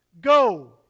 go